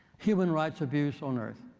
human rights abuse on earth.